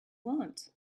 want